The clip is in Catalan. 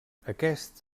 aquests